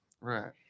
right